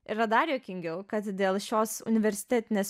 yra dar juokingiau kad dėl šios universitetinės